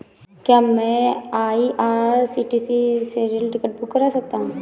क्या मैं आई.आर.सी.टी.सी से रेल टिकट बुक कर सकता हूँ?